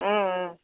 Om Om